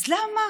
אז למה